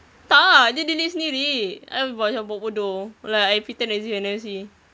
tak dia delete sendiri I buat macam buat bodoh like I pretend as if I never see